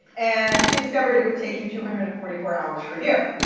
and she discovered it would take you two hundred and forty four hours per year,